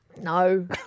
No